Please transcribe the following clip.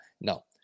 no